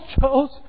chose